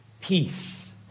Peace